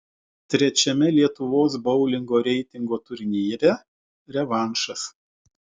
trečiame lietuvos boulingo reitingo turnyre revanšas